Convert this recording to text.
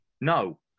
No